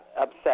upset